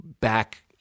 back